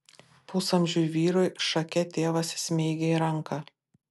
pusamžiui vyrui šake tėvas smeigė į ranką